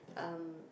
um